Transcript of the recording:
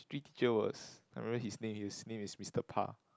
the teacher was I remember his name his name is Mister-Pah